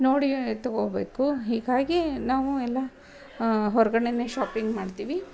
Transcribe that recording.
ನೋಡಿ ತಗೊಬೇಕು ಹೀಗಾಗಿ ನಾವು ಎಲ್ಲ ಹೊರಗಡೆಯೇ ಶಾಪಿಂಗ್ ಮಾಡ್ತೀವಿ